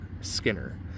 Skinner